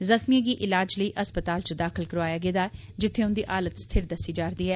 जख्मियें गी इलाज़ लेई अस्पताल च दाखिल करौआया गेदा ऐ जित्थे उन्दी हालत स्थिर दस्सी जा करदी ऐ